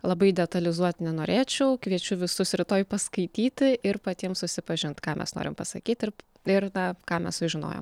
labai detalizuot nenorėčiau kviečiu visus rytoj paskaityti ir patiems susipažint ką mes norim pasakyt ir ir na ką mes sužinojom